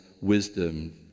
wisdom